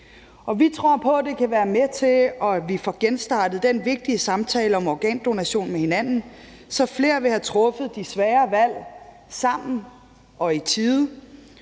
Vi tror på, at det kan være med til, at vi får genstartet den vigtige samtale om organdonation med hinanden, så flere vil have truffet de svære valg sammen og i tide,